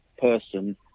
person